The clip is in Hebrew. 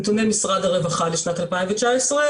נתוני משרד הרווחה לשנת 2019,